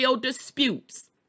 Disputes